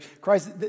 Christ